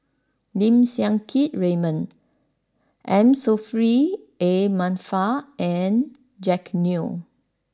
Lim Siang Keat Raymond M Saffri A Manaf and Jack Neo